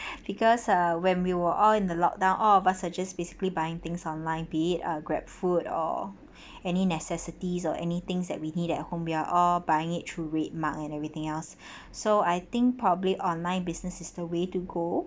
because uh when we were all in the lock down all of us suggest basically buying things online be it a grab food or any necessities or anything that we need at home we're all buying it through RedMart and everything else so I think probably online business is the way to go